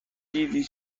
دیدی